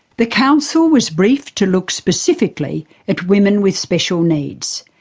the council was briefed to look specifically at women with special needs.